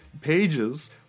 pages